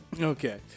Okay